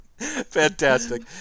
Fantastic